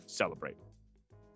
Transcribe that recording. celebrate